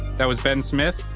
that was ben smith,